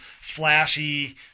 flashy